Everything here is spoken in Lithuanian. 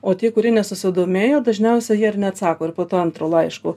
o tie kurie nesusidomėjo dažniausia jie ir neatsako ir po to antro laiško